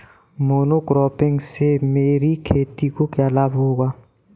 Monocropping से मेरी खेत को क्या लाभ होगा?